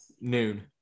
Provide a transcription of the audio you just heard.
noon